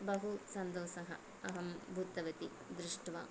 बहु सन्तोषः अहं भूतवति दृष्ट्वा